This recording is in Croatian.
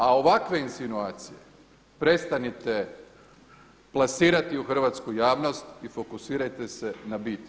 A ovakve insinuacije prestanite plasirati u hrvatsku javnost i fokusirajte se na bit.